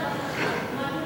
מתבצעת בבת-אחת?